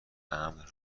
امن